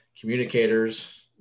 communicators